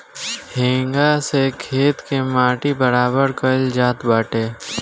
हेंगा से खेत के माटी बराबर कईल जात बाटे